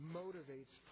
motivates